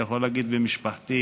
אני יכול להגיד שבמשפחתי,